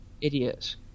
Idiots